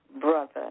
brother